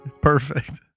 Perfect